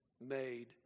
made